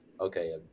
okay